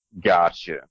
Gotcha